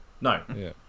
no